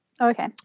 Okay